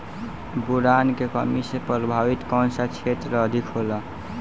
Boron के कमी से प्रभावित कौन सा क्षेत्र अधिक होला?